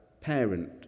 parent